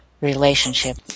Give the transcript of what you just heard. relationship